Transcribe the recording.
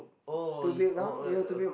oh oh uh uh